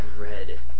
red